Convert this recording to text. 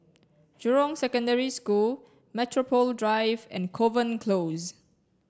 Jurong Secondary School Metropole Drive and Kovan Close